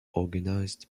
organized